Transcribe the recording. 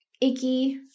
icky